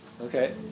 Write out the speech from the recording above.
Okay